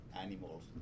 animals